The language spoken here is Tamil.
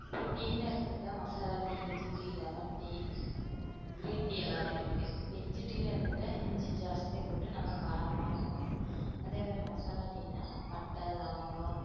இப்ப டீனு எடுத்துகிட்டா மசாலா டீ இஞ்சி tea lemon tea green tea எல்லாமே இருக்குது இப்போ இஞ்சி டீனு எடுத்துகிட்டா இஞ்சி ஜாஸ்தியாக போட்டு நல்லா காரமாக இருக்கணும் அதே மாரியே மசாலா டீனால் பட்டை லவங்கம்